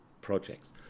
projects